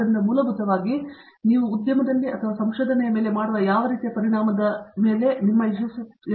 ಆದ್ದರಿಂದ ಮೂಲಭೂತವಾಗಿ ಇದು ನೀವು ಉದ್ಯಮದಲ್ಲಿ ಅಥವಾ ಸಂಶೋಧನೆಯ ಮೇಲೆ ಮಾಡುವ ಯಾವ ರೀತಿಯ ಪರಿಣಾಮದ ಮೇಲೆ ಅವಲಂಬಿತವಾಗಿರುತ್ತದೆ